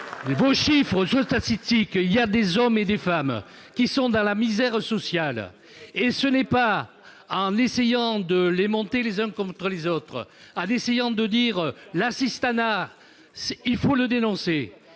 vos chiffres et vos statistiques, il y a des hommes et des femmes qui sont dans la misère sociale. Ce n'est pas en essayant de les monter les uns contre les autres ou en dénonçant l'assistanat que vous résoudrez